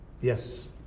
Yes